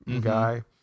guy